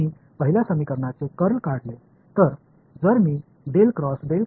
முதல் சமன்பாட்டின் கர்லை நான் எடுத்துக் கொண்டால்